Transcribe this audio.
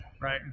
Right